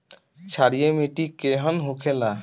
क्षारीय मिट्टी केहन होखेला?